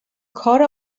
کار